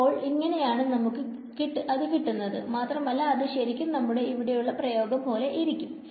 അപ്പോൾ ഇങ്ങനെ ആണ് നമുക്ക് അത് കിട്ടുന്നത് മാത്രമല്ല അത് ശെരിക്കും നമ്മുടെ ഇവിടെയുള്ള പ്രയോഗം പോലെ ഇരിക്കും